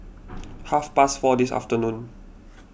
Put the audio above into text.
half past four this afternoon